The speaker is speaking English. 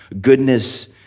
goodness